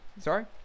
Sorry